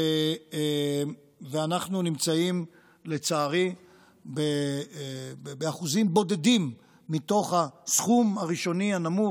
ואנחנו נמצאים לצערי באחוזים בודדים מתוך הסכום הראשוני הנמוך,